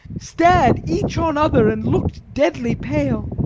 star'd each on other, and look'd deadly pale.